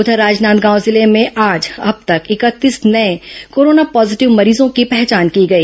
उधर राजनांदगांव जिले में आज अब तक इकतीस नये कोरोना पॉजिटिव मरीजों की पहचान की गई